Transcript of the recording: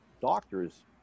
doctors